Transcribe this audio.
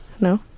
No